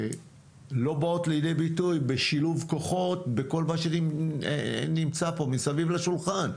לא באות לידי ביטוי בשילוב כוחות בכל מה שנמצא פה מסביב לשולחן.